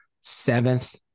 seventh